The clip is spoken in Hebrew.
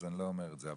אני לא אומר את זה.